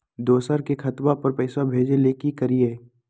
दोसर के खतवा पर पैसवा भेजे ले कि करिए?